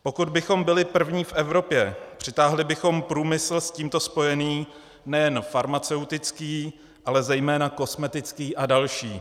Pokud bychom byli první v Evropě, přitáhli bychom průmysl s tímto spojený nejen farmaceutický, ale zejména kosmetický a další.